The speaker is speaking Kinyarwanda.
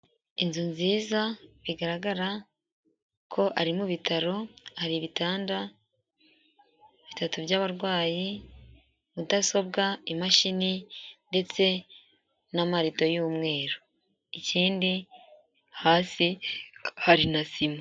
Inzu nziza, bigaragara ko ari mu bitaro, hari ibitanda bitatu by'abarwayi, mudasobwa imashini, ndetse n'amarido y'umweru. Ikindi, hasi hari na sima.